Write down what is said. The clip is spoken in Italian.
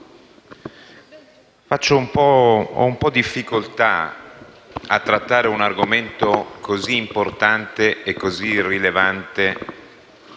faccio un po' difficoltà a trattare un argomento così importante e rilevante